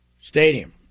stadium